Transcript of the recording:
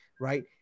right